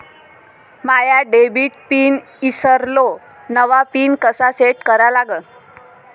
माया debit PIN ईसरलो, नवा PIN कसा सेट करा लागन?